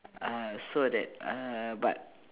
uh so that uh but